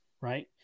Right